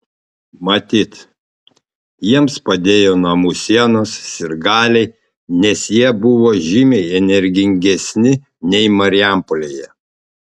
matyt jiems padėjo namų sienos sirgaliai nes jie buvo žymiai energingesni nei marijampolėje